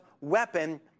weapon